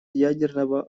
ядерного